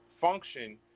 function